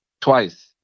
twice